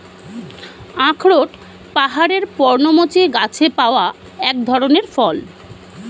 আখরোট পাহাড়ের পর্ণমোচী গাছে পাওয়া এক ধরনের ফল